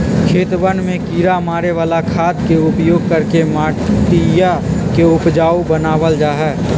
खेतवन में किड़ा मारे वाला खाद के उपयोग करके मटिया के उपजाऊ बनावल जाहई